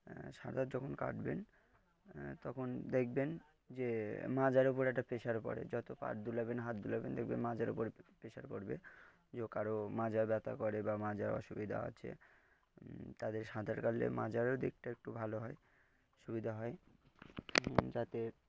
সাঁতার যখন কাটবেন তখন দেখবেন যে মাজার ওপর একটা প্রেশার পড়ে যত পা দুলাবেন হাত দুলাবেন দেখবেন মাজার উপর প্রেশার পড়বে যে কারও মাজা ব্যথা করে বা মাজার অসুবিধা আছে তাদের সাঁতার কাটলে মাজারও দিকটা একটু ভালো হয় সুবিধা হয় যাতে